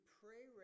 pray